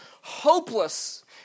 hopeless